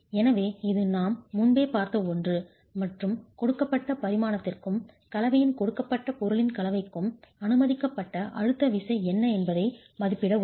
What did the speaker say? எனவே இது நாம் முன்பே பார்த்த ஒன்று மற்றும் கொடுக்கப்பட்ட பரிமாணத்திற்கும் கலவையின் கொடுக்கப்பட்ட பொருட்களின் கலவைக்கும் அனுமதிக்கப்பட்ட அழுத்த விசை என்ன என்பதை மதிப்பிட உதவும்